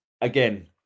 again